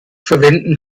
verwenden